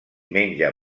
menja